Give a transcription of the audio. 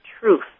truth